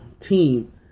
team